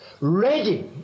ready